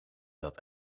dat